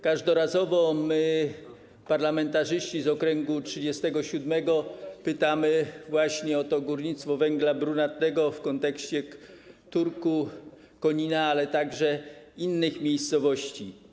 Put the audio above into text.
Każdorazowo my, parlamentarzyści z okręgu nr 37, pytamy o to górnictwo węgla brunatnego w kontekście Turku, Konina, ale także innych miejscowości.